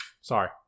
Sorry